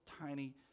tiny